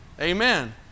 Amen